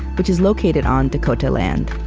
which is located on dakota land.